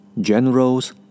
generals